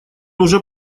уже